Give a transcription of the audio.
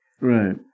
Right